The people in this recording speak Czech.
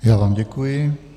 Já vám děkuji.